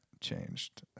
changed